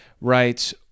writes